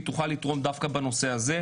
היא תוכל לתרום דווקא בנושא הזה,